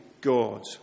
God